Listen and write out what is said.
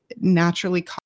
naturally